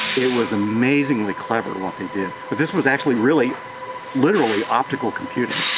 it was amazingly clever what they did but this was actually really literally optical computing.